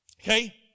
Okay